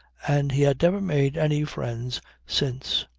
and he had never made any friends since.